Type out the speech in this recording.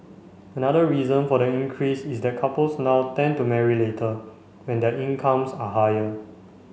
another reason for the increase is that couples now tend to marry later when their incomes are higher